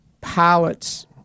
Pilots